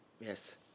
Yes